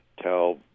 tell